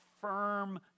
firm